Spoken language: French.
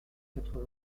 quatre